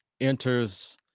enters